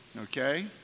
Okay